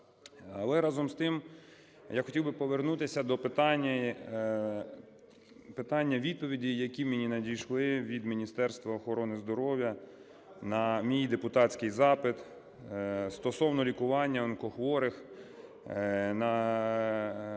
Але, разом з тим, я хотів би повернутися до питань-відповідей, які мені надійшли від Міністерства охорони здоров'я на мій депутатський запит стосовно лікування онкохворих